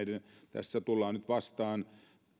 tässä tullaan nyt vastaan